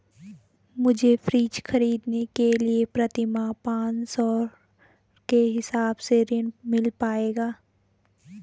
मुझे फ्रीज खरीदने के लिए प्रति माह पाँच सौ के हिसाब से ऋण मिल पाएगा?